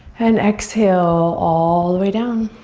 and exhale all the way down.